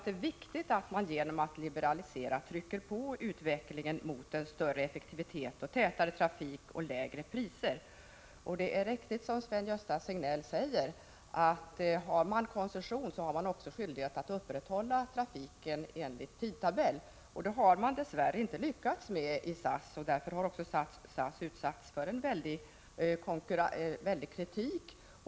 Det är viktigt att — genom en liberalisering — trycka på utvecklingen mot en större effektivitet, tätare trafik och lägre priser. Det är riktigt, som Sven-Gösta Signell säger, att om man har koncession har man också skyldighet att upprätthålla trafiken enligt tidtabellen. Det har SAS dess värre inte lyckats med, och därför har SAS utsatts för en stark kritik.